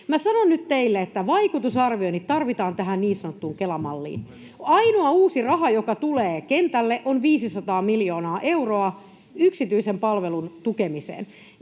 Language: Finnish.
Sanon nyt teille, että vaikutusarvioinnit tarvitaan tähän niin sanottuun Kela-malliin. Ainoa uusi raha, joka tulee kentälle, on 500 miljoonaa euroa yksityisen palvelun tukemiseen.